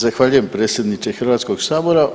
Zahvaljujem predsjedniče Hrvatskog sabora.